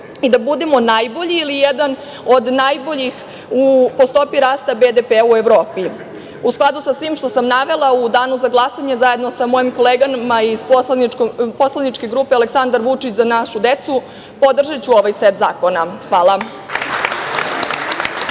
i da budemo najbolji ili jedan od najboljih po stopi rasta BDP-a u Evropi.U skladu sa svim što sam navela, u danu za glasanje, zajedno sa mojim kolegama iz poslaničke grupe „Aleksandar Vučić – Za našu decu“, podržaću ovaj set zakona. Hvala.